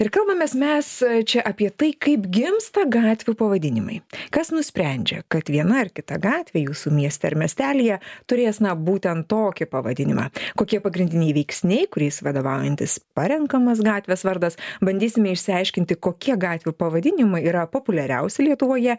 ir kalbamės mes čia apie tai kaip gimsta gatvių pavadinimai kas nusprendžia kad viena ar kita gatvė jūsų mieste ar miestelyje turės na būtent tokį pavadinimą kokie pagrindiniai veiksniai kuriais vadovaujantis parenkamas gatvės vardas bandysime išsiaiškinti kokie gatvių pavadinimai yra populiariausi lietuvoje